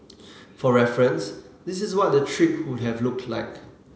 for reference this is what the trip would have looked like